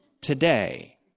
Today